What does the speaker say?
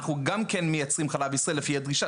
אנחנו גם מייצרים חלב ישראל לפי דרישה,